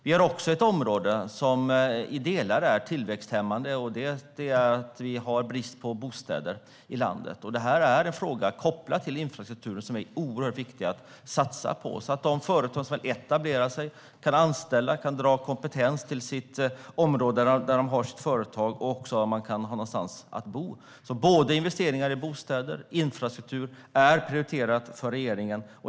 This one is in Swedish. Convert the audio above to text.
Det finns också ett område som i delar är tillväxthämmande, nämligen att vi har brist på bostäder i landet. Detta är en fråga som är kopplad till infrastrukturen och som är oerhört viktig att satsa på så att de företag som etablerar sig kan anställa och dra kompetens till det område där de har sitt företag. Då måste man ha någonstans att bo. Både investeringar i bostäder och investeringar i infrastruktur är prioriterade av regeringen.